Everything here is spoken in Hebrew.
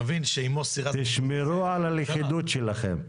תשמרו על הלכידות שלכם.